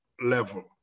level